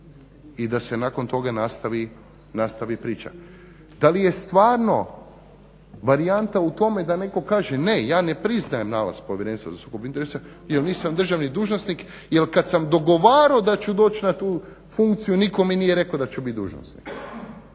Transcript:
i da se nakon toga nastavi priča? Da li je stvarno varijanta u tome da netko kaže ne, ja ne priznajem nalaz Povjerenstva za sukob interesa jer nisam državni dužnosnik, jer kad sam dogovarao da ću doći na tu funkciju nitko mi nije rekao da ću biti dužnosnik.